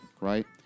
right